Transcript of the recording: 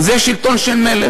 אז יש שלטון של מלך,